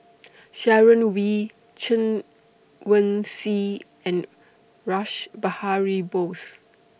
Sharon Wee Chen Wen Hsi and Rash Behari Bose